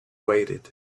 waited